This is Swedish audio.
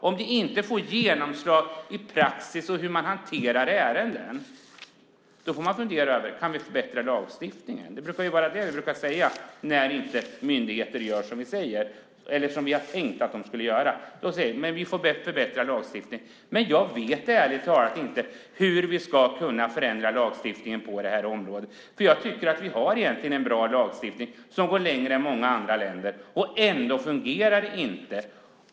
Om det inte får genomslag i praxis, i hur man hanterar ärendena, måste vi fundera på om vi kan förbättra lagstiftningen. Det är vad vi brukar säga när myndigheter inte gör som vi tänkt att de ska göra. Jag vet ärligt talat inte hur vi skulle kunna förändra lagstiftningen på det här området; jag tycker att vi har en bra lagstiftning som går längre än i många andra länder, och trots detta fungerar det inte.